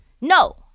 No